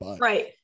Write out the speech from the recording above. Right